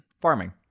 farming